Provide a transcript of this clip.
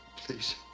please?